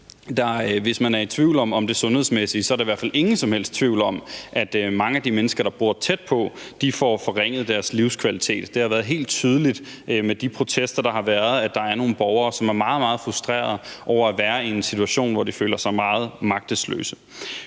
hvis man er i tvivl om det sundhedsmæssige, er der i hvert fald ingen som helst tvivl om, at mange af de mennesker, der bor tæt på, får forringet deres livskvalitet. Det har været helt tydeligt med de protester, der har været, at der er nogle borgere, som er meget, meget frustrerede over at være i en situation, hvor de føler sig meget magtesløse.